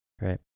Right